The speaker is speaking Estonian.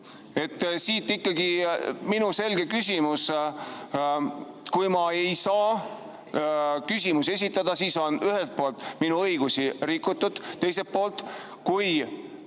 Siit ikkagi minu selge küsimus. Kui ma ei saa küsimusi esitada, siis on ühelt poolt minu õigusi rikutud, teiselt poolt, kui